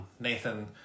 nathan